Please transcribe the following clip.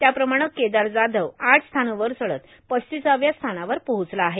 त्याप्रमाणं केदार जाधव आठ स्थानं वर चढत पस्तीसाव्या स्थानावर पोहोचला आहे